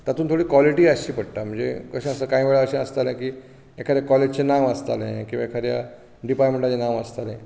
तातूंत थोडी कॉलिटीय आसची पडटा म्हणजे अशें आसा कांंय वेळार अशें आसतालें की एखाद्या कॉलेजिचें नांव आसतालें किंवां एखाद्या डिपार्टमॅंटाचें नांव आसतालें